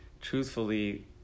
truthfully